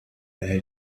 erhält